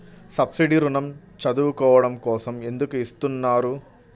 Subsidy ఋణం చదువుకోవడం కోసం ఎందుకు ఇస్తున్నారు?